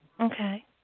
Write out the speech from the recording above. Okay